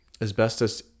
Asbestos